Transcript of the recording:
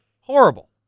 Horrible